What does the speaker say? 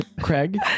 Craig